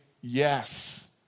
Yes